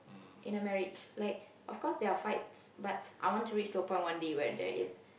in a marriage like of course there are fights but I want to reach to a point one day whatever that day is